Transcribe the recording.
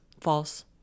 false